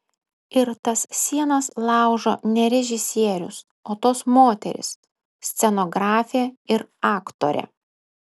ir tas sienas laužo ne režisierius o tos moterys scenografė ir aktorė